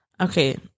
Okay